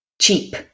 Cheap